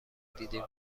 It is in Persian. دیدیم